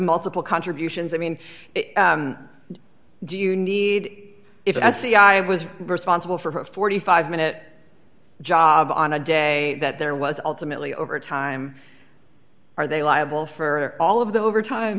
multiple contributions i mean do you need if i see i was responsible for a forty five minute job on a day that there was ultimately overtime are they liable for all of the overtime